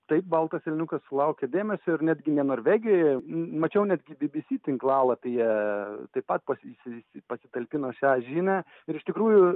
taip baltas elniukas sulaukė dėmesio ir netgi ne norvegijoje mačiau netgi bbc tinklalapyje taip pat pasisi pasitalpino šią žinią ir iš tikrųjų